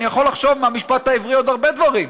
אני יכול לחשוב מהמשפט העברי על עוד הרבה דברים.